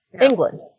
England